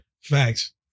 Facts